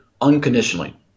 unconditionally